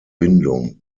bindung